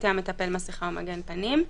יעטה המטפל מסכה ומגן פנים."